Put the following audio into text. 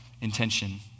intention